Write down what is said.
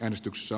äänestyksessä